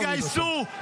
תתגייסו,